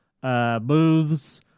Booths